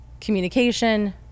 communication